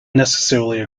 necessarily